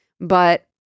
But-